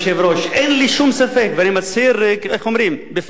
אין לי שום ספק ואני מצהיר בפני כל העולם